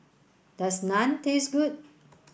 does Naan taste good